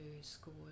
school